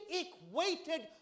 equated